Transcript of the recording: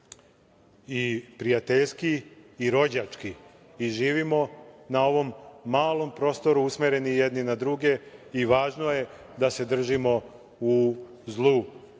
i prijateljski i rođački i živimo na ovom malom prostoru usmereni jedni na druge i važno je da se držimo u zlu